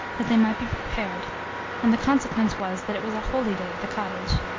that they might be prepared and the consequence was, that it was a holyday at the cottage.